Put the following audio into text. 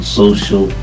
social